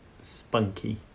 spunky